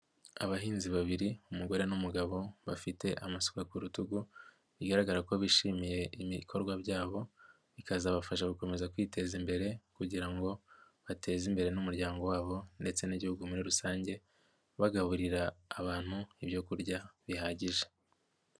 Abahinzi babiri umugore n'umugabo bafite amasuka ku rutugu bigaragara ko bishimiye ibikorwa byabo, bikazabafasha gukomeza kwiteza imbere kugira ngo bateze imbere n'umuryango wabo ndetse n'Igihugu muri rusange bagaburira abantu ibyo ku kurya bihagije.